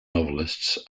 novelists